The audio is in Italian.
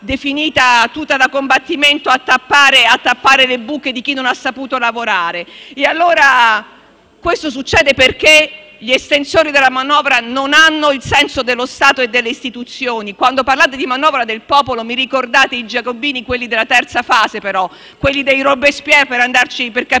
definita tuta da combattimento, a tappare le buche di chi non ha saputo lavorare. Questo succede perché gli estensori della manovra non hanno il senso dello Stato e delle Istituzioni. Quando parlate di manovra del popolo mi ricordate i Giacobini, quelli della terza fase però, quelli dei Robespierre per capirci: andate